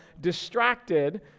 distracted